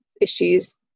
issues